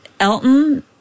Elton